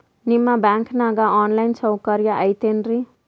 ನಿಮ್ಮ ಬ್ಯಾಂಕನಾಗ online ಸೌಕರ್ಯ ಐತೇನ್ರಿ?